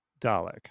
Dalek